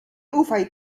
ufaj